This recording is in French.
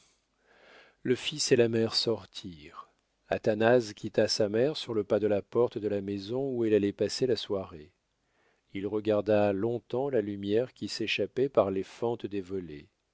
le fils et la mère sortirent athanase quitta sa mère sur le pas de la porte de la maison où elle allait passer la soirée il regarda long-temps la lumière qui s'échappait par les fentes des